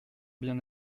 bien